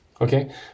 okay